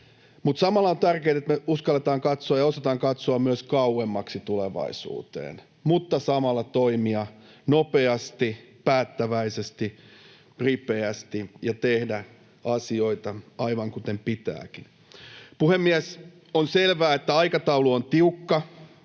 samalla on tärkeätä, että me uskalletaan ja osataan katsoa myös kauemmaksi tulevaisuuteen, mutta samalla toimia nopeasti, päättäväisesti ja ripeästi ja tehdä asioita aivan kuten pitääkin. Puhemies! On selvää, että aikataulu on tiukka,